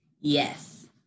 yes